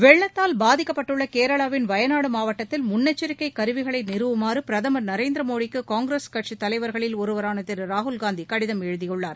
வெள்ளத்தால் பாதிக்கப்பட்டுள்ள கேரளாவின் வயநாடு மாவட்டத்தில் முன்னெச்சரிக்கை கருவிகளை நிறுவுமாறு பிரதமர் நரேந்திர மோடிக்கு காங்கிரஸ் கட்சி தலைவர்களில் ஒருவரான திரு ராகுல்காந்தி கடிதம் எழுதியுள்ளார்